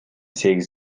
сегиз